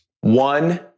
One